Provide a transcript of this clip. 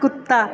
ਕੁੱਤਾ